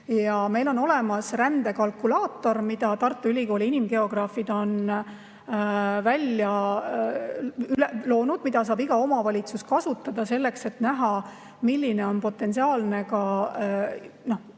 Meil on olemas rändekalkulaator, mille Tartu Ülikooli inimgeograafid on loonud ja mida saab iga omavalitsus kasutada selleks, et näha, milline on pikemas